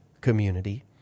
community